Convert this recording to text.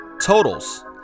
totals